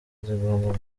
zigomba